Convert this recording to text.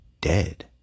dead